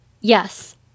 Yes